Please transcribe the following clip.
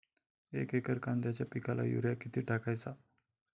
एक एकर कांद्याच्या पिकाला युरिया किती टाकायचा?